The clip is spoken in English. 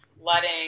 letting